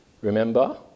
Remember